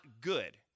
good